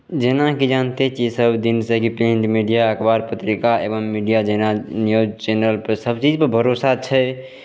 जेनाकि जानिते छियै सभदिन से कि प्रिन्ट मीडिया अखबार पत्रिका एवम मीडिया जहिना न्यूज चैनल पे सभचीज पे भरोसा छै